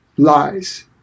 lies